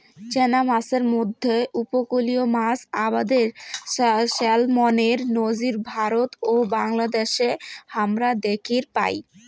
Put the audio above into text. চেনা মাছের মইধ্যে উপকূলীয় মাছ আবাদে স্যালমনের নজির ভারত ও বাংলাদ্যাশে হামরা দ্যাখির পাই